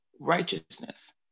righteousness